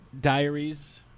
diaries